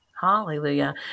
Hallelujah